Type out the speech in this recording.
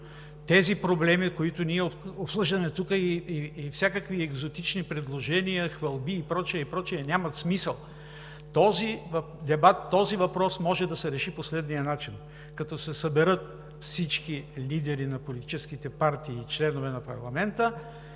Проблемите, които обсъждаме тук, и всякакви екзотични предложения, хвалби и прочие, и прочие нямат смисъл. Този дебат, този въпрос може да се реши по следния начин: като се съберат всички лидери на политическите партии и членове на парламента,